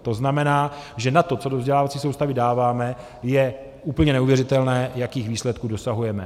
To znamená, že na to, co do vzdělávací soustavy dáváme, je úplně neuvěřitelné, jakých výsledků dosahujeme.